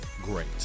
great